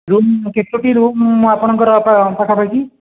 room କେତୋଟି room ଆପଣଙ୍କର ପ ପାଖାପାଖି